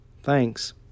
Thanks